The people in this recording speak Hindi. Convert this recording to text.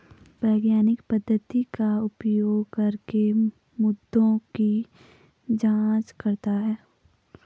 वैज्ञानिक पद्धति का उपयोग करके मुद्दों की जांच करता है